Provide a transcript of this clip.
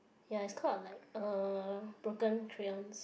ya it's called like uh Broken Crayons